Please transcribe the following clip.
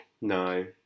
No